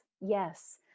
yes